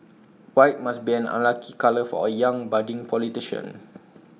white must be an unlucky colour for A young budding politician